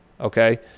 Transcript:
okay